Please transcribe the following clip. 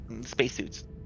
Spacesuits